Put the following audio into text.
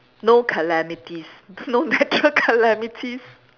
no calamities no natural calamities